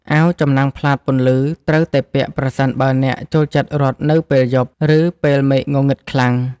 អាវចំណាំងផ្លាតពន្លឺ គួរតែពាក់ប្រសិនបើអ្នកចូលចិត្តរត់នៅពេលយប់ ឬពេលមេឃងងឹតខ្លាំង។